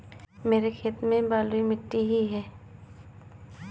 मेरे खेत में बलुई मिट्टी ही है